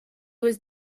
was